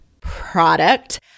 product